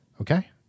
Okay